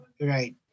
right